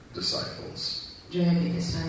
disciples